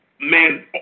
man